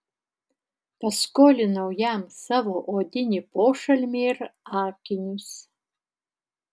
paskolinau jam savo odinį pošalmį ir akinius